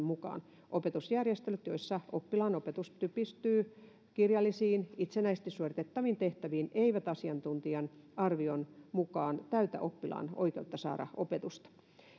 mukaan opetusjärjestelyt joissa oppilaan opetus typistyy kirjallisiin itsenäisesti suoritettaviin tehtäviin eivät asiantuntijan arvion mukaan täytä oppilaan oikeutta saada opetusta